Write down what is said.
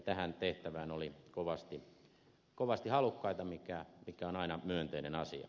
tähän tehtävään oli kovasti halukkaita mikä on aina myönteinen asia